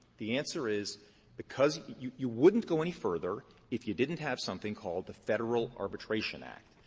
the answer is because you you wouldn't go any further if you didn't have something called the federal arbitration act.